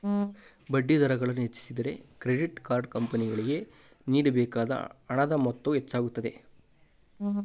ಬಡ್ಡಿದರಗಳನ್ನು ಹೆಚ್ಚಿಸಿದರೆ, credit card ಕಂಪನಿಗಳಿಗೆ ನೇಡಬೇಕಾದ ಹಣದ ಮೊತ್ತವು ಹೆಚ್ಚಾಗುತ್ತದೆ